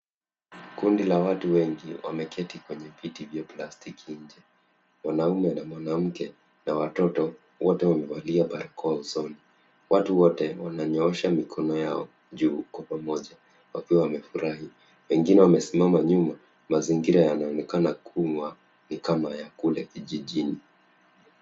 Kundi la watu wengi wameketi kwenye viti vya plastiki nje. Mwanaume na mwanamke na watoto, wote wamevalia barakoa usoni. Watu wote wananyoosha mikono yao juu kwa pamoja, wakiwa wamefurahi. Wengine wamesimama nyuma. Mazingira yanaonekana kuwa ni kama ya kule kijjini.